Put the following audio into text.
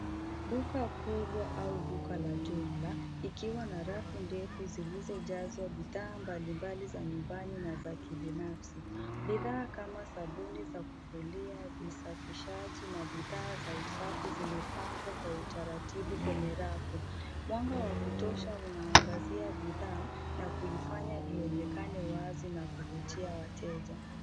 Duka kubwa au duka la jumla ikiwa na rafu ndefu zilizojazwa bidhaa mbalimbali za nyumbani na za kibinafsi. Bidhaa kama sabuni za kufulia, visafishaji na bidhaa za usafi zimepangwa kwa utaratibu kwenye rafu. Mwanga wa kutosha unaangazia bidhaa na kuifanya ionekane wazi na kuvutia wateja.